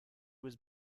was